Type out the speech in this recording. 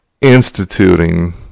instituting